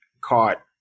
caught